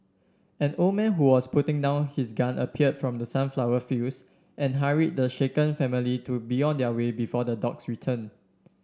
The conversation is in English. an old man who was putting down his gun appeared from the sunflower fields and hurried the shaken family to be on their way before the dogs return